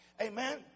Amen